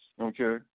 Okay